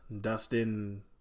Dustin